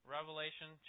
Revelation